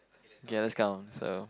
okay let's count so